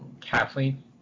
Kathleen